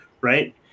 Right